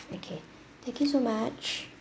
okay thank you so much